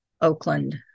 Oakland